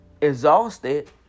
exhausted